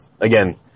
Again